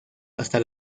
hasta